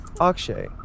Akshay